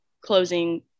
closing